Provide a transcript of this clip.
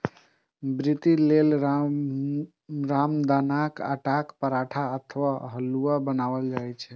व्रती लेल रामदानाक आटाक पराठा अथवा हलुआ बनाएल जाइ छै